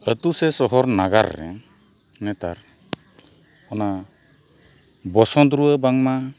ᱟᱛᱳ ᱥᱮ ᱥᱚᱦᱚᱨ ᱱᱟᱜᱟᱨ ᱱᱮᱛᱟᱨ ᱚᱱᱟ ᱵᱚᱥᱚᱱᱛ ᱨᱩᱣᱟᱹ ᱵᱟᱝᱢᱟ